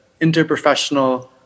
interprofessional